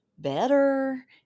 Better